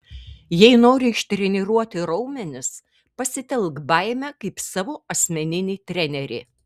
jei nori ištreniruoti raumenis pasitelk baimę kaip savo asmeninį trenerį